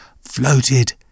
floated